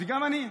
וגם אני.